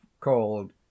called